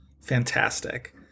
fantastic